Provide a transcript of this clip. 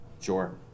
Sure